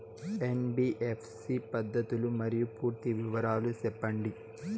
NBFC పద్ధతులు మరియు పూర్తి వివరాలు సెప్పండి?